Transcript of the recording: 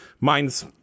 Mine's